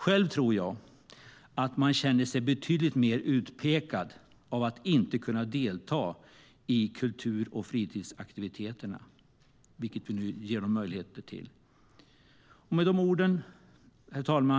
Själv tror jag att man känner sig betydligt mer utpekad av att inte kunna delta i kultur och fritidsaktiviteter, vilket vi nu ger dem möjlighet till. Herr talman!